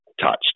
touched